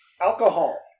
Alcohol